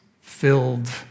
filled